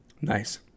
Nice